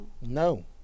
No